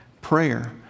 Prayer